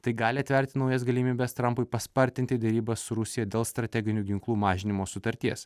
tai gali atverti naujas galimybes trampui paspartinti derybas su rusija dėl strateginių ginklų mažinimo sutarties